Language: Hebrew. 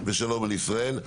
ושלום על ישראל.